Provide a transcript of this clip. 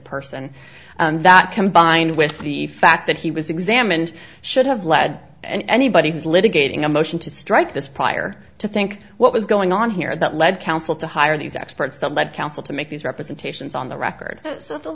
person and that combined with the fact that he was examined should have led and anybody who's litigating a motion to strike this prior to think what was going on here that lead counsel to hire these experts that lead counsel to make these representations on the record so the